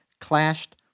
clashed